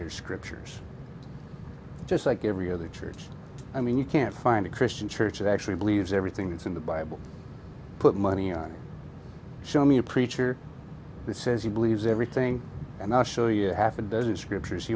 their scriptures just like every other church i mean you can't find a christian church actually believes everything that's in the bible put money on show me a preacher says he believes everything and i'll show you half a dozen scriptures he